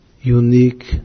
unique